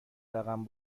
رقم